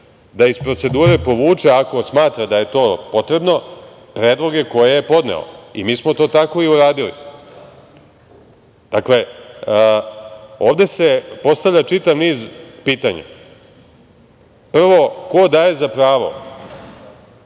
da iz procedure povuče, ako smatra da je to potrebno, predloge koje je podneo, i mi smo to tako i uradili. Dakle, ovde se postavlja čitav niz pitanja. Prvo, ko daje za pravo